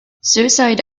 suicide